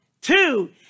Two